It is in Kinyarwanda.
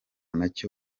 ntacyo